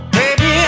baby